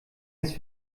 ist